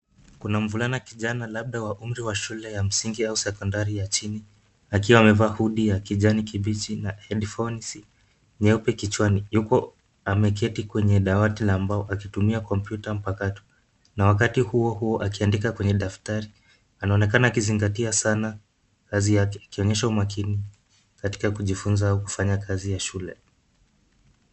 Kuna mvulana kijana labda wa umri wa shule ya msingi au sekondari ya chini akiwa amevaa hoodie ya kijani kibichi na headfonsi nyeupe kichwani. Yupo ameketi kwenye dawati la mbao akitumia kompyuta mpakato na wakati huo huo akiandika kwenye daftari. Anaonekana akizingatia sana kazi yake akionyesha umakini katika kujifunza au kufanya kazi ya shule.